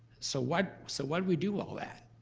so why but so why did we do all that?